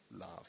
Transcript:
love